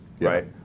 right